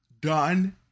done